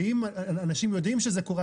ואם אנשים יודעים שזה קורה,